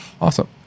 Awesome